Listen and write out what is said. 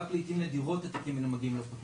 רק לעתים נדירות התיקים האלה מגיעים לפרקליטות.